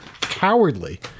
cowardly